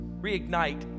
reignite